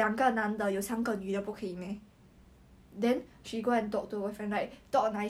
cause that time you know ryan wee right not the ryan see mister ryan wee